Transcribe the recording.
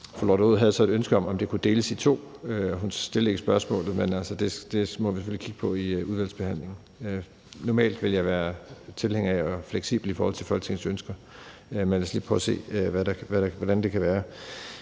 Fru Lotte Rod havde så et ønske om, at de kunne deles i to. Hun stillede mig ikke et spørgsmål om det, men det er da selvfølgelig noget, vi må kigge på i udvalgsbehandlingen. Normalt vil jeg være tilhænger af at være fleksibel i forhold til Folketingets ønsker, men lad os lige prøve at se, hvad der kan gøres.